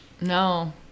No